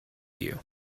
you